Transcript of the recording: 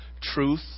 truth